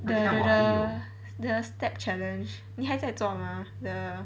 the the the step challenge 你还在做吗 the